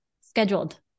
scheduled